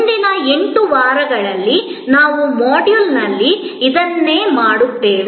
ಮುಂದಿನ 8 ವಾರಗಳಲ್ಲಿ ನಾವು ಮಾಡ್ಯೂಲ್ಗಳಲ್ಲಿ ಇದನ್ನು ಮಾಡುತ್ತೇವೆ